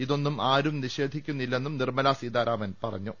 ഇതൊന്നും ആരും നിഷേ ധിക്കുന്നില്ലെന്നും നിർമലാ സീതാരാമൻ പറഞ്ഞു